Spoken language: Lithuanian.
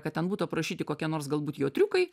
kad ten būtų aprašyti kokie nors galbūt jo triukai